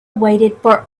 waited